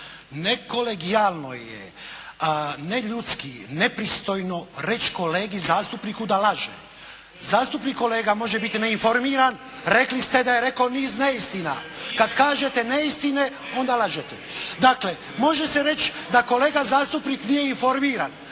Nekolegijalno je, neljudski, nepristojno reći kolegi zastupniku da laže. Zastupnik kolega može biti neinformiran. …/Upadica se ne čuje./… Rekli ste da je rekao niz neistina. Kad kažete neistine onda lažete. Dakle, može se reći da kolega zastupnik nije informiran,